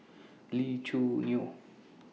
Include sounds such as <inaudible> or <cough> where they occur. Lee Choo <noise> Neo